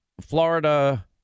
Florida